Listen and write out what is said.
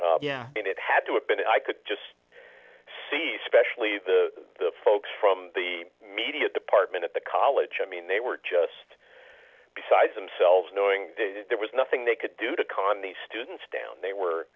it had to have been and i could just see specially the the folks from the media department at the college i mean they were just beside themselves knowing that there was nothing they could do to calm the students down they